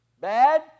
bad